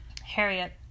Harriet